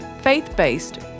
faith-based